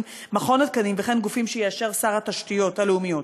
מכון התקנים וכן גופים שיאשר שר התשתיות הלאומיות,